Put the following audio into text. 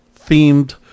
themed